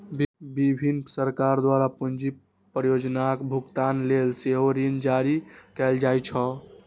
विभिन्न सरकार द्वारा पूंजी परियोजनाक भुगतान लेल सेहो ऋण जारी कैल जाइ छै